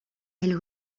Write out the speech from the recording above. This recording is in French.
elle